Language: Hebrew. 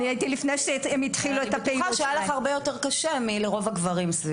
אני בטוחה שהיה לך הרבה יותר קשה מלרוב הגברים סביבך.